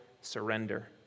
surrender